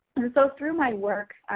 so through my work,